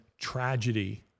tragedy